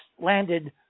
landed